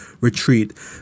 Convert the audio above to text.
retreat